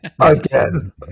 Again